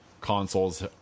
consoles